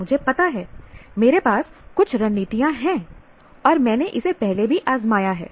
मुझे पता है मेरे पास कुछ रणनीतियां हैं और मैंने इसे पहले भी आज़माया है